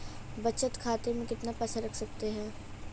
बचत खाते में कितना पैसा रख सकते हैं?